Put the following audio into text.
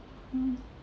mm